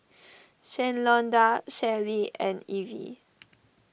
Shalonda Shelli and Ivie